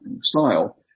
style